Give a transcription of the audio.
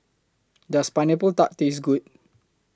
Does Pineapple Tart Taste Good